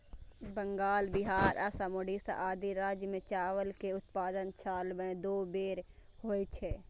बंगाल, बिहार, असम, ओड़िशा आदि राज्य मे चावल के उत्पादन साल मे दू बेर होइ छै